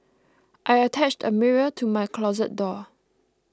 I attached a mirror to my closet door